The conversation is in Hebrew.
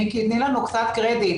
מיקי, תני לנו קצת קרדיט.